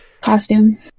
costume